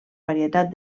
varietat